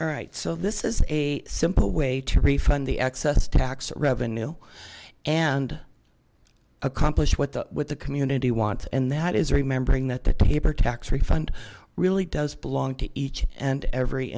right so this is a simple way to refund the excess tax revenue and accomplish what the what the community wants and that is remembering that the paper tax refund really does belong to each and every